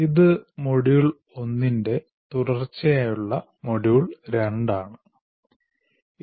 ഇത് മൊഡ്യൂൾ 1ന്റെ തുടർച്ചയായുള്ള മൊഡ്യൂൾ 2 ആണ്